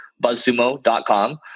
buzzsumo.com